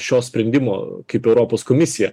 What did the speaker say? šio sprendimo kaip europos komisija